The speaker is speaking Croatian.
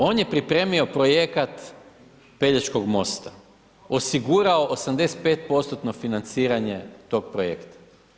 On je pripremio projekat Pelješkog mosta, osigurao 85% financiranje tog projekta.